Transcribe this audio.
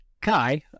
Kai